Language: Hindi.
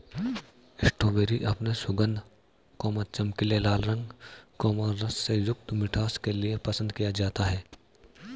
स्ट्रॉबेरी अपने सुगंध, चमकीले लाल रंग, रस से युक्त मिठास के लिए पसंद किया जाता है